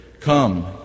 Come